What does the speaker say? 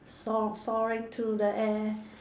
so~ soaring to the air